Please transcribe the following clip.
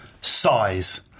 Size